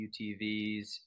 UTVs